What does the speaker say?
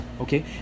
Okay